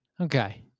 Okay